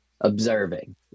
observing